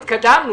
התקדמנו.